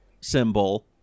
symbol